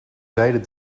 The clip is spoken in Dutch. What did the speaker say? zijden